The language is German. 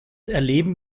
erleben